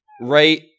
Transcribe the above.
right